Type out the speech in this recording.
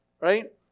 right